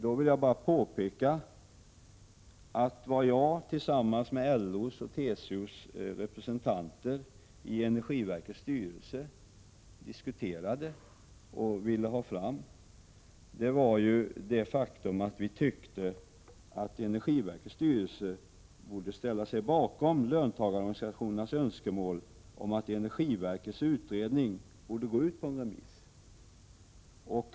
Då vill jag bara påpeka att jag tillsammans med LO:s och TCO:s representanter i energiverkets styrelse ansåg att energiverkets styrelse borde ställa sig bakom löntagarorganisationernas önskemål att energiverkets utredning sänds ut på remiss.